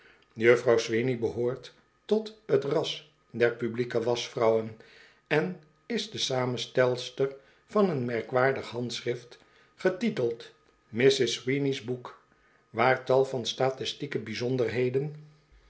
sweeney behoort tot t ras der publieke waschvrouwen en is de samenstelster van een merkwaardig handschrift getiteld mrs sweeney's book waar tal van statistieke bijzonderheden